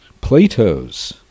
Plato's